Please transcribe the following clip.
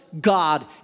God